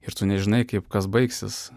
ir tu nežinai kaip kas baigsis